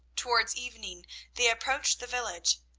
towards evening they approached the village,